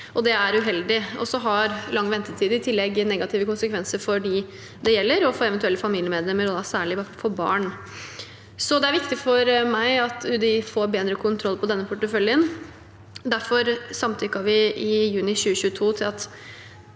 det er uheldig. I tillegg har lang ventetid negative konsekvenser for dem det gjelder, og for eventuelle familiemedlemmer, da særlig for barn. Det er viktig for meg at UDI får bedre kontroll på denne porteføljen. Derfor samtykket vi i juni 2022 til at